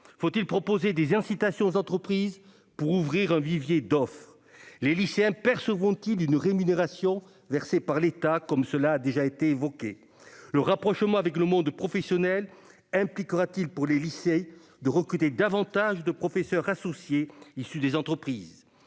Faut-il proposer des incitations aux entreprises pour ouvrir un vivier d'offres ? Les lycéens percevront-ils une rémunération versée par l'État, comme cela a déjà été évoqué ? Le rapprochement avec le monde professionnel impliquera-t-il pour les lycées de recruter davantage de professeurs associés issus des entreprises ?